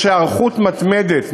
יש היערכות מתמדת,